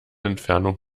entfernung